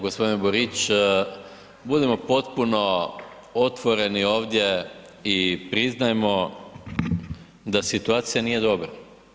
Gospodine Borić, budimo potpuno otvoreni ovdje i priznajmo da situacija nije dobra.